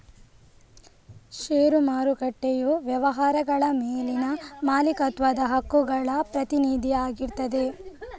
ಷೇರು ಮಾರುಕಟ್ಟೆಯು ವ್ಯವಹಾರಗಳ ಮೇಲಿನ ಮಾಲೀಕತ್ವದ ಹಕ್ಕುಗಳ ಪ್ರತಿನಿಧಿ ಆಗಿರ್ತದೆ